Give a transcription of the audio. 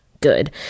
Good